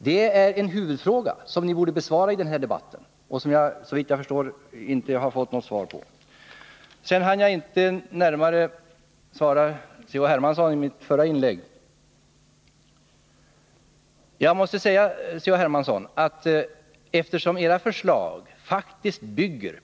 Det är en huvudfråga, som ni borde besvara i den här debatten. Såvitt jag förstår har jag inte fått något svar på den. I mitt förra inlägg hann jag inte närmare svara C.-H. Hermansson. Eftersom era förslag, C.-H.